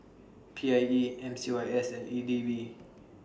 P I E M C Y S and E D B